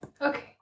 Okay